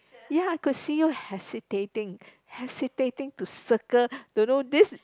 ya I could see you hesitating hesitating to circle don't know this